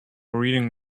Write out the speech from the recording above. reading